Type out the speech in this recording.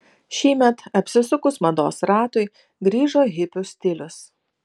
šįmet apsisukus mados ratui grįžo hipių stilius